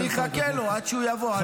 אחכה לו עד שיבוא.